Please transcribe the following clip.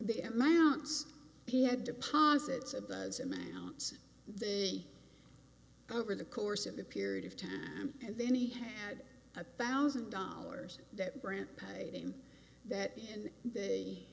the amounts he had deposits of those amounts the over the course of the period of time and then he had a thousand dollars that brant paid him that in the